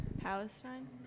Palestine